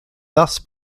thus